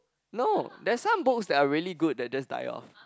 no there's some books that are really good they just type loh